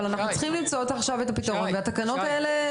אבל אנחנו צריכים למצוא עכשיו את הפתרון והתקנות האלה,